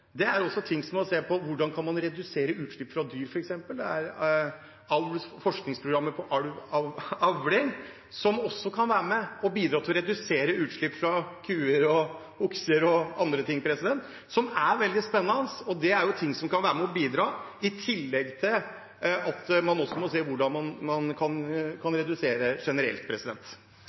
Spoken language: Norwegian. er tiltak hvor man ser på hvordan man kan redusere utslipp fra dyr, f.eks. Det er forskningsprogrammer om avl som også kan være med og bidra til å redusere utslipp fra kuer, okser osv., som er veldig spennende. Dette er ting som kan være med og bidra, i tillegg til at man også må se på hvordan man generelt kan redusere.